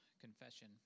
confession